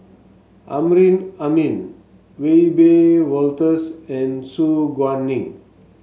Amrin Amin Wiebe Wolters and Su Guaning